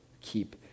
keep